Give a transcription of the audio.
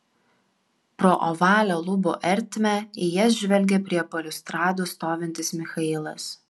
pro ovalią lubų ertmę į jas žvelgė prie baliustrados stovintis michailas